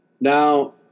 Now